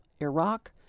Iraq